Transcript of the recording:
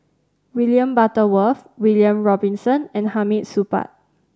William Butterworth William Robinson and Hamid Supaat